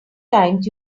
times